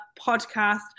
Podcast